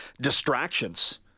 distractions